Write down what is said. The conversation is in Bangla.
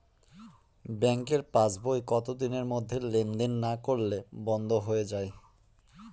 ব্যাঙ্কের পাস বই কত দিনের মধ্যে লেন দেন না করলে বন্ধ হয়ে য়ায়?